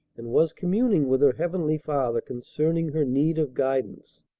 and was communing with her heavenly father concerning her need of guidance.